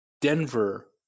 Denver